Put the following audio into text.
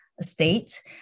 state